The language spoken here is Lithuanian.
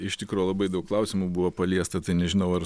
iš tikro labai daug klausimų buvo paliesta tai nežinau ar